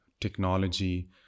technology